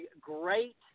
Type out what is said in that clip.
great